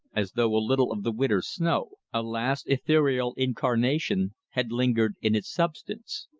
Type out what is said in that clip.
as though a little of the winter's snow a last ethereal incarnation had lingered in its substance.